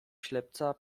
ślepca